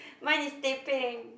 mine is teh peng